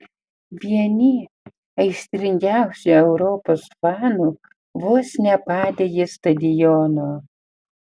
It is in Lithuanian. vieni aistringiausių europos fanų vos nepadegė stadiono